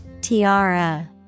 Tiara